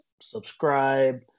subscribe